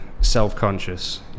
self-conscious